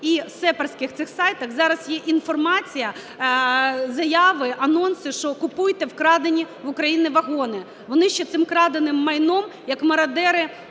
і сепарських цих сайтах зараз є інформація, заяви, анонси, що купуйте вкрадені в України вагони, вони ще цим краденим майном як мародери,